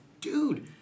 dude